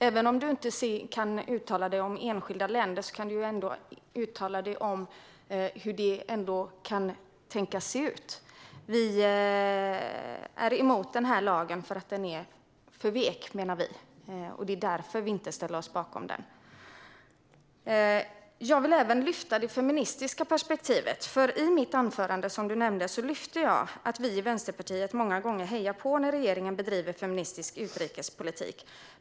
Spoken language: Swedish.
Även om du inte kan uttala dig om enskilda länder kan du uttala dig om hur det kan tänkas se ut. Vi är emot den här lagen eftersom vi menar att den för vek. Det är därför vi inte ställer oss bakom den. Jag vill även lyfta fram det feministiska perspektivet. Som du nämnde lyfte jag i mitt anförande upp att vi i Vänsterpartiet många gånger hejar på när regeringen bedriver feministisk utrikespolitik.